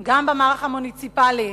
וגם במערך המוניציפלי,